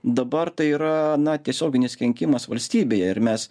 dabar tai yra na tiesioginis kenkimas valstybei ir mes